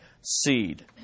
seed